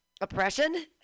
oppression